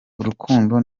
urukundo